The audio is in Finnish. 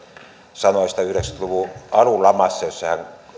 sanoista yhdeksänkymmentä luvun alun lamassa kun hän